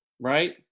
right